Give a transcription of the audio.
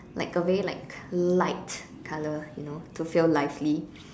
like a very like light colour you know to feel lively